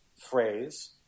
phrase